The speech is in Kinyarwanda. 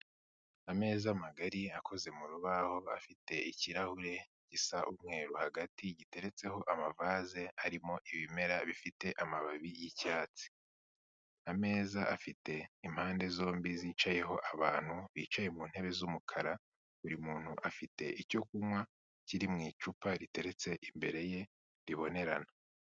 Ameza magari akoze mu rubaho afite ikirahure gisa umweru hagati, giteretseho amavazi harimo ibimera bifite amababi y'icyatsi. Ameza afite impande zombi zicayeho abantu bicaye mu ntebe z'umukara, buri muntu afite icyo kunywa, kiri mu icupa riteretse imbere ye ribonerana.